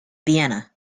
vienna